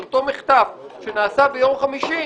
על אותו מחטף שנעשה ביום חמישי,